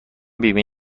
بیمه